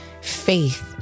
faith